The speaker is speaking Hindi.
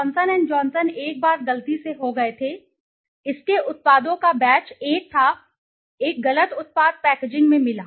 जॉनसन एंड जॉनसन एक बार गलती से हो गए थे इसके एक आप जानते थे कि उत्पादों का बैच एक था एक गलत उत्पाद पैकेजिंग में मिला